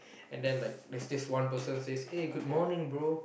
and then like there's just one person says eh good morning bro